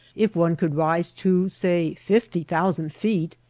if one could rise to, say, fifty thousand feet,